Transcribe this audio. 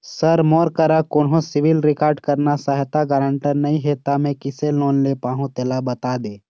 sir मोर करा कोन्हो सिविल रिकॉर्ड करना सहायता गारंटर नई हे ता मे किसे लोन ले पाहुं तेला बता दे